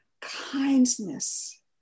kindness